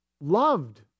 loved